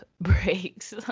breaks